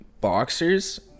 boxers